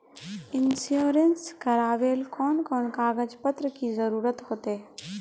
Insurance करावेल कोन कोन कागज पत्र की जरूरत होते?